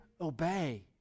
obey